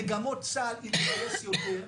מגמות צה"ל לגייס יותר,